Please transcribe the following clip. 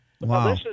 Wow